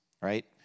right